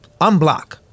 Unblock